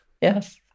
Yes